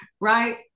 right